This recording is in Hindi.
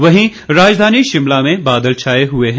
वहीं राजधानी शिमला में बादल छाए हुए हैं